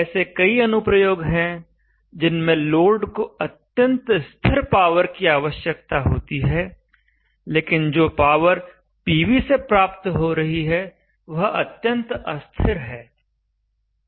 ऐसे कई अनुप्रयोग हैं जिनमें लोड को अत्यंत स्थिर पावर की आवश्यकता होती है लेकिन जो पावर पीवी से प्राप्त हो रही है वह अत्यंत अस्थिर है